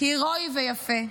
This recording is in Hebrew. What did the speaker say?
הרואי ויפה,